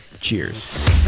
cheers